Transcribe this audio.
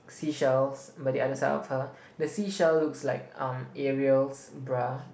seashells by the other side of her the seashell looks like um Ariel's bra